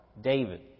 David